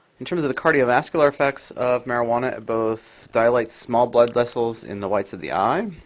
in terms of the cardiovascular effects of marijuana, it both dilates small blood vessels in the whites of the eye.